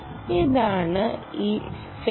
ഇതാണ് ഈ ഫെയ്സ്